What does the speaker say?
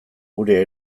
geure